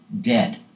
dead